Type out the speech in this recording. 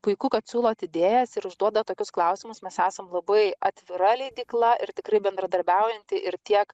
puiku kad siūlot idėjas ir užduodat tokius klausimus mes esam labai atvira leidykla ir tikrai bendradarbiaujanti ir tiek